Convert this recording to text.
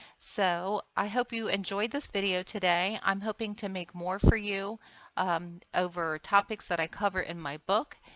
so i hope you enjoyed this video today. i'm hoping to make more for you over topics that i cover in my book,